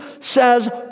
says